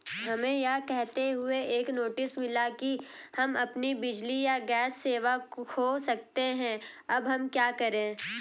हमें यह कहते हुए एक नोटिस मिला कि हम अपनी बिजली या गैस सेवा खो सकते हैं अब हम क्या करें?